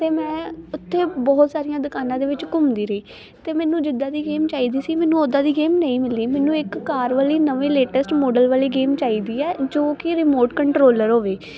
ਅਤੇ ਮੈਂ ਉੱਥੇ ਬਹੁਤ ਸਾਰੀਆਂ ਦੁਕਾਨਾਂ ਦੇ ਵਿੱਚ ਘੁੰਮਦੀ ਰਹੀ ਅਤੇ ਮੈਨੂੰ ਜਿੱਦਾਂ ਦੀ ਗੇਮ ਚਾਹੀਦੀ ਸੀ ਮੈਨੂੰ ਉੱਦਾਂ ਦੀ ਗੇਮ ਨਹੀਂ ਮਿਲੀ ਮੈਨੂੰ ਇੱਕ ਕਾਰ ਵਾਲੀ ਨਵੇਂ ਲੇਟੈਸਟ ਮਾਡਲ ਵਾਲੀ ਗੇਮ ਚਾਹੀਦੀ ਹੈ ਜੋ ਕਿ ਰਿਮੋਟ ਕੰਟਰੋਲਰ ਹੋਵੇ